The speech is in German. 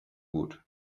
gut